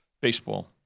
baseball